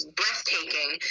breathtaking